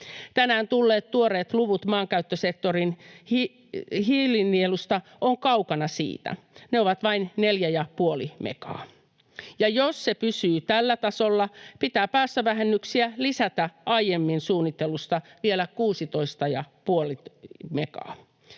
Tänään tulleet tuoreet luvut maankäyttösektorin hiilinielusta ovat kaukana siitä. Ne ovat vain 4,5 megaa. Ja jos se pysyy tällä tasolla, pitää päästövähennyksiä lisätä aiemmin suunnitellusta vielä 16,5 megaa.